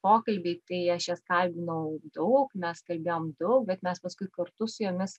pokalbiai tai aš jas kalbinau daug mes kalbėjom daug bet mes paskui kartu su jomis